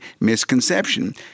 misconception